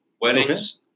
weddings